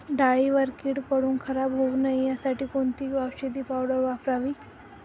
डाळीवर कीड पडून खराब होऊ नये यासाठी कोणती औषधी पावडर वापरावी?